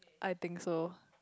I think so